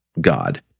God